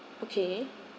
okay